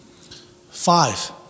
Five